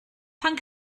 pan